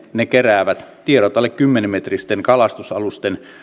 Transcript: ne keräävät tiedot alle kymmenen metristen kalastusalusten